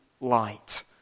light